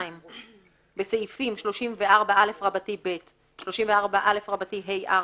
(2)בסעיפים 34א(ב), 34א(ה)(4),